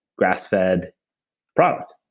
grassfed product.